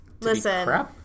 Listen